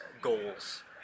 goals